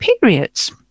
periods